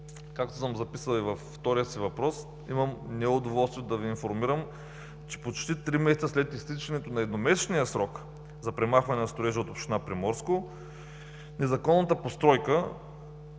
Както съм записал и във втория си въпрос, имам неудоволствието да Ви информирам, че почти три месеца след изтичането на едномесечния срок за премахване на строежа от община Приморско незаконната постройка